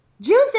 June